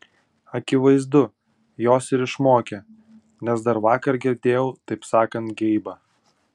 akivaizdu jos ir išmokė nes dar vakar girdėjau taip sakant geibą